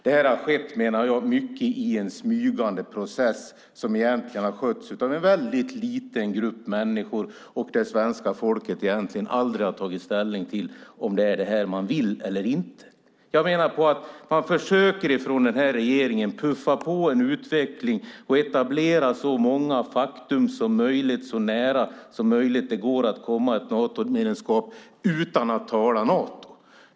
Detta har, menar jag, till stor del skett genom en smygande process som skötts av en liten grupp människor, och svenska folket har egentligen aldrig tagit ställning till om det är det man vill. Jag menar att regeringen försöker puffa på en utveckling och en etablering så nära Nato som möjligt - utan att diskutera ett Natomedlemskap.